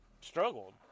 struggled